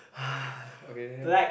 ugh okay